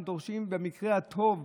הם דורשים במקרה הטוב,